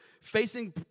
facing